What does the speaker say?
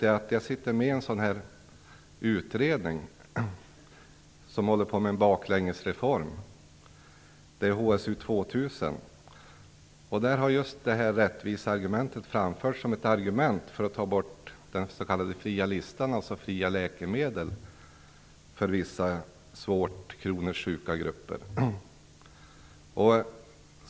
Jag sitter med i en utredning som arbetar med en "baklängesreform", nämligen HSU 2000, där rättviseargumentet har anförts som ett skäl för avskaffande av den s.k. fria listan över läkemedel för vissa grupper av svårt kroniskt sjuka.